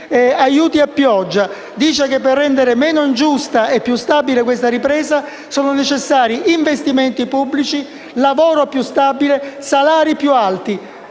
aiuti a pioggia. Per rendere meno ingiusta e più stabile questa ripresa, afferma che sono necessari investimenti pubblici, lavoro più stabile e salari più alti.